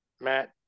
Matt